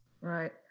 Right